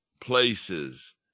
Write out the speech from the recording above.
places